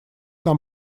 нам